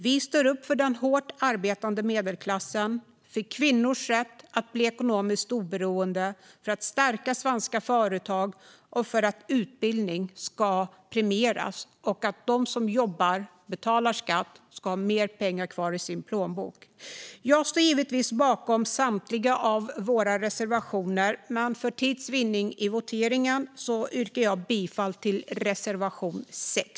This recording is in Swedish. Vi står upp för den hårt arbetande medelklassen, för kvinnors rätt att bli ekonomiskt oberoende, för att stärka svenska företag, för att utbildning ska premieras och för att de som jobbar och betalar skatt ska ha mer pengar kvar i plånboken. Jag står givetvis bakom samtliga av våra reservationer, men för tids vinnande vid voteringen yrkar jag bifall endast till reservation 6.